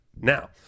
Now